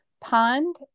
Pond